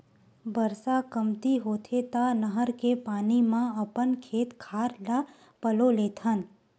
बरसा कमती होथे त नहर के पानी म अपन खेत खार ल पलो लेथन